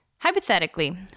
Hypothetically